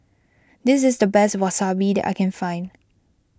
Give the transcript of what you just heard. this is the best Wasabi that I can find